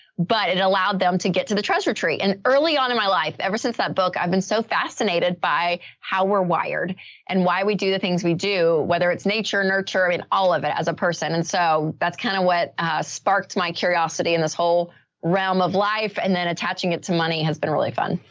but it allowed them to get to the treasure tree. and early on in my life, ever since that book, i've been so fascinated by how we're wired and why we do the things we do, whether it's nature, nurture, i mean, all of it as a person. and so that's kind of what sparked my curiosity in this whole realm of life and then attaching it to money has been really fun.